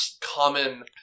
common